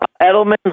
Edelman